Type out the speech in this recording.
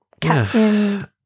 Captain